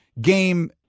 game